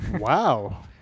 Wow